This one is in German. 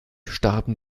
starben